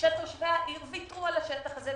כשתושבי העיר ויתרו על השטח הזה,